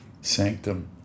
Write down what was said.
sanctum